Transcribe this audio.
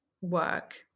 work